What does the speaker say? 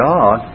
God